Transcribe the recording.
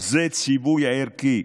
זה ציווי ערכי.